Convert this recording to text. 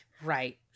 Right